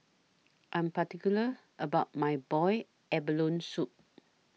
I'm particular about My boiled abalone Soup